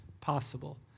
possible